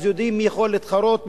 יודעים מי יכול להתחרות,